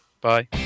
bye